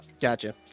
gotcha